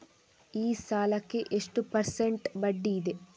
ಈ ಸಾಲಕ್ಕೆ ಎಷ್ಟು ಪರ್ಸೆಂಟ್ ಬಡ್ಡಿ ಇದೆ?